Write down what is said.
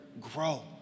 grow